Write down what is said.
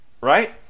right